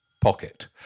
pocket